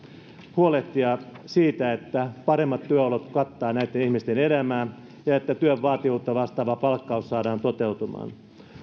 huolehtia siitä että paremmat työolot kattavat näitten ihmisten elämää ja että työn vaativuutta vastaava palkkaus saadaan toteutumaan